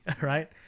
right